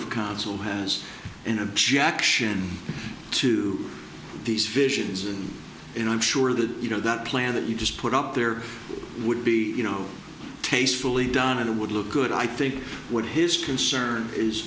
of council has an objection to these visions and i'm sure that you know that plan that you just put up there would be you know tastefully done and it would look good i think would his concern is